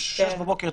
אם תעשו בשש בבוקר,